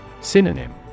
Synonym